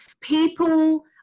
people